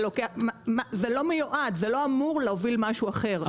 זה לא אמור להוביל משהו אחר.